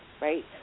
right